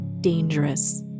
dangerous